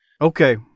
Okay